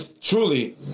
truly